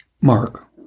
Mark